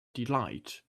delight